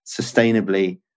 sustainably